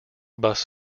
bus